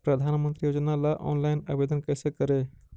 प्रधानमंत्री योजना ला ऑनलाइन आवेदन कैसे करे?